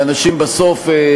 ואנשים בסוף,